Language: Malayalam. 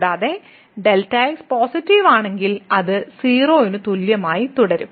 കൂടാതെ Δx പോസിറ്റീവ് ആണെങ്കിൽ അത് 0 ന് തുല്യമായി തുടരും